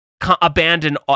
abandon